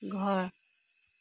ঘৰ